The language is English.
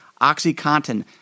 OxyContin